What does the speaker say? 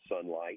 sunlight